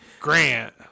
Grant